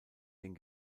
den